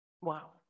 Wow